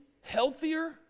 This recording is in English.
healthier